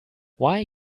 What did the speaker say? why